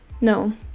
no